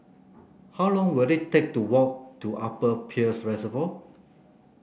how long will it take to walk to Upper Peirce Reservoir